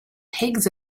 pigs